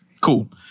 cool